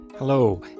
Hello